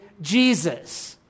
Jesus